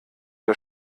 der